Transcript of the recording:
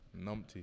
Numpty